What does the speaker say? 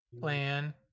plan